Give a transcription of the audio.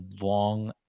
long